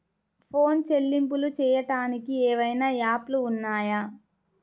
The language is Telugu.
ఫోన్ చెల్లింపులు చెయ్యటానికి ఏవైనా యాప్లు ఉన్నాయా?